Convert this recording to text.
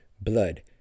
blood